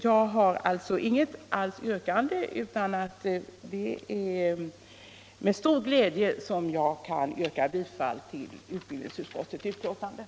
Jag har inget särskilt yrkande utan kan med glädje yrka bifall till utbildningsutskottets hemställan.